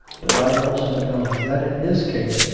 but i also know that in this case,